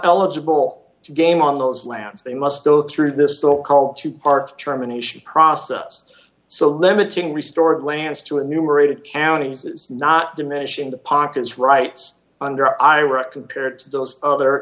eligible to game on those lands they must go through this so called two part terminations process so limiting restored lands to enumerated county not diminishing the pockets right under iraq compared to those other